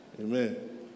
Amen